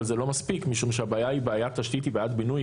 אבל זה לא מספיק משום שבעיית התשתית היא בעיית בינוי,